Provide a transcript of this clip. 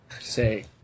say